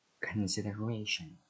Consideration